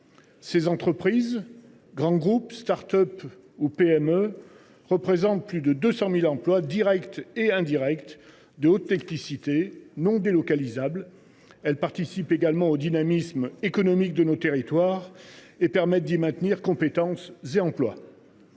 Ces entreprises – grands groupes, start up ou PME – représentent plus de 200 000 emplois de haute technicité, non délocalisables. Elles participent également au dynamisme économique de nos territoires et permettent d’y maintenir compétences et emplois.